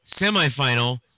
semifinal